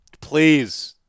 please